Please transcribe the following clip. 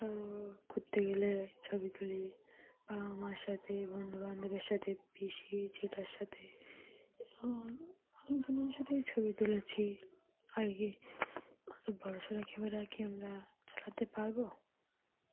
তো ঘুরতে গেলে ছবি তুলি বাব মার সাথে বন্ধুবান্ধবের সাথে পিসি জেঠার সাথে এবং অনেকজনের সাথেই ছবি তুলেছি আর কি অত বড়ো সড়ো ক্যামেরা কি আমরা চালাতে পারবো